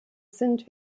sind